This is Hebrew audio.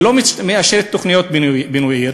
לא מאשרת תוכניות בינוי,